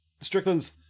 Strickland's